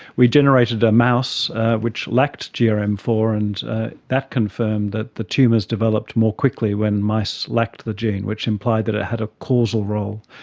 we generated a mouse which lacked g r m four, and that confirmed that the tumours developed more quickly when mice lacked the gene, which implied that it had a causal role.